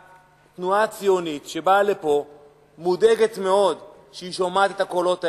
התנועה הציונית שבאה לפה מודאגת מאוד כשהיא שומעת את הקולות האלה,